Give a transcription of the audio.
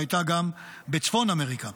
והיא הייתה גם בצפון אמריקה.